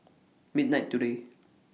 midnight today